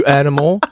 animal